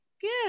Good